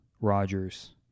Rogers